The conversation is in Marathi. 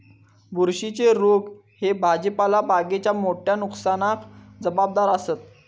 बुरशीच्ये रोग ह्ये भाजीपाला बागेच्या मोठ्या नुकसानाक जबाबदार आसत